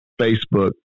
Facebook